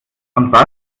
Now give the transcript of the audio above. und